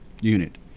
unit